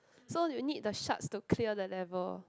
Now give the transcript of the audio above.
so you need the shards to clear the level